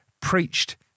preached